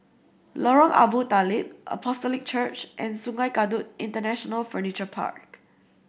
Lorong Abu Talib Apostolic Church and Sungei Kadut International Furniture Park